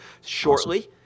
shortly